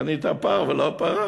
קנית פר ולא פרה,